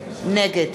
נגד